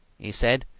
he said.